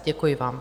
Děkuji vám.